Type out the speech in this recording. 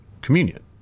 communion